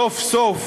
סוף-סוף,